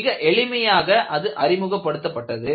மிக எளிமையாக அது அறிமுகப்படுத்தப்பட்டது